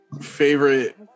favorite